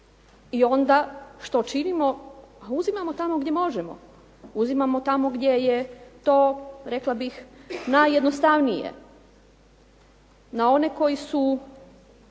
I onda što činimo? Pa uzimamo tamo gdje možemo, uzimamo tamo gdje je to rekla bih najjednostavnije. Na one koji su